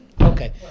Okay